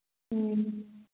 ꯎꯝ